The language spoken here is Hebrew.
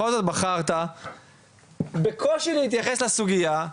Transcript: ובכל זאת בחרת בקושי להתייחס לסוגייה,